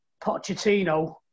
Pochettino